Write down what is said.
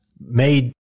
made